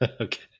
Okay